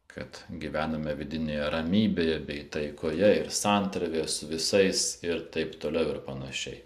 kad gyvename vidinėje ramybėje bei taikoje ir santarvėje su visais ir taip toliau ir panašiai